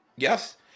Yes